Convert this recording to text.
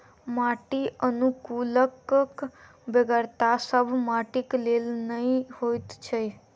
माटि अनुकुलकक बेगरता सभ माटिक लेल नै होइत छै